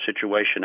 situation